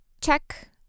check